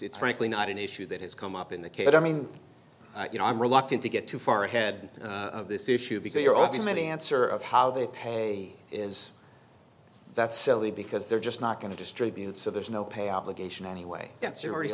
's frankly not an issue that has come up in the case i mean you know i'm reluctant to get too far ahead of this issue because your ultimate answer of how they pay is that's silly because they're just not going to distribute so there's no pay obligation anyway since you're already